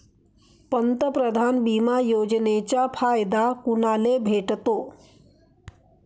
पंतप्रधान बिमा योजनेचा फायदा कुनाले भेटतो?